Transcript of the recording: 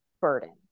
burden